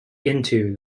into